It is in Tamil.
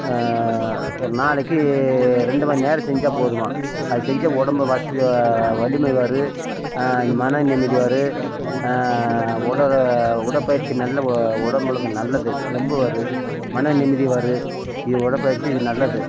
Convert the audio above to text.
ஒரு நாளைக்கு ரெண்டு மணிநேரம் செஞ்சால் போதுமாம் அது செஞ்சால் உடம்பு வசதி வலிமை வரும் இந்த மன நிம்மதி வரும் உடல் பயிற்சி நல்ல உடம்புகளுக்கு நல்லது தெம்பு வரும் மன நிம்மதி வரும் இது உடல் பயிற்சி இது நல்லது